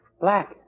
Black